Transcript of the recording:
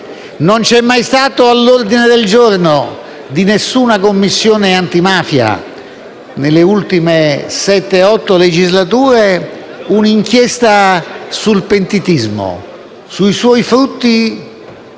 non c'è mai stato all'ordine del giorno di nessuna Commissione antimafia, nelle ultime sette, otto legislature, un'inchiesta sul pentitismo, sui suoi frutti